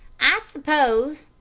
i suppose,